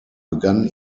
begann